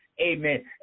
amen